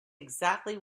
exactly